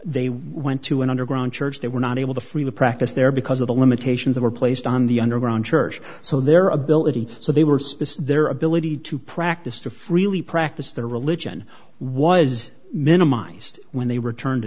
they went to an underground church they were not able to freely practice there because of the limitations that were placed on the underground church so their ability so they were spaced their ability to practice to freely practice their religion was minimized when they returned to